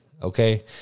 Okay